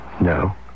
No